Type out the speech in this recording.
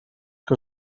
que